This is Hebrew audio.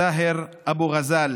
סאהר אבו רזאל